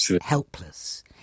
helpless